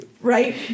right